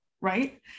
right